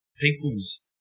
people's